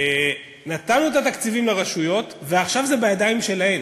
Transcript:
נתנו את התקציבים לרשויות, ועכשיו זה בידיים שלהן.